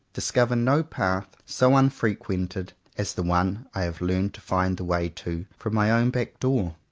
discover no path so unfrequented as the one i have learned to find the way to, from my own back-door.